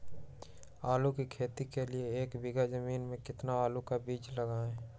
आलू की खेती के लिए एक बीघा जमीन में कितना आलू का बीज लगेगा?